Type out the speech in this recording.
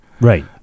right